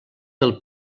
del